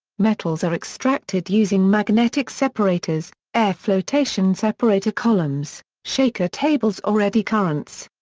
metals are extracted using magnetic separators, air flotation separator columns, shaker tables or eddy currents.